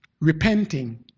repenting